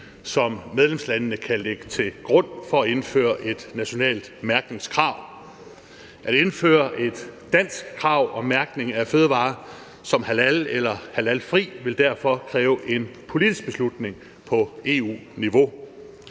som medlemslandene kan ligge til grund for at indføre et nationalt mærkningskrav. At indføre et dansk krav om mærkning af fødevarer som halal eller halalfri vil derfor kræve en politisk beslutning på EU-niveau.